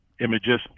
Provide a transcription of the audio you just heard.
images